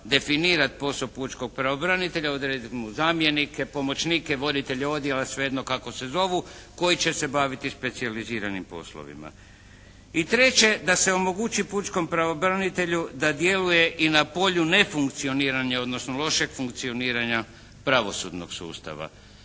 definirati posao pučkog pravobranitelja, odrediti mu zamjenike, pomoćnike, voditelje odjela, svejedno kako se zovu koji će se baviti specijaliziranim poslovima. I treće, da se omogući pučkom pravobranitelju da djeluje i na polju nefunkcioniranja odnosno lošeg funkcioniranja pravosudnog sustava.